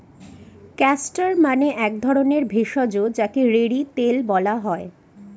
castor মানে এক ধরণের ভেষজ যাকে রেড়ি তেল বলা হয়